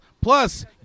plus